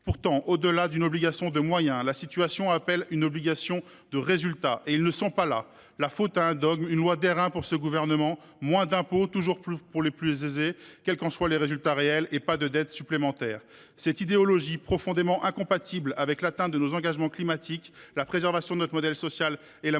Pourtant, au delà d’une obligation de moyens, la situation exige une obligation de résultat. Or ils ne sont pas là. La faute en revient à un dogme, une loi d’airain pour ce Gouvernement : toujours moins d’impôts pour les plus aisés, quel que soit le résultat, et pas de dette supplémentaire. Cette idéologie est profondément incompatible avec le respect de nos engagements climatiques, la préservation de notre modèle social et la mobilisation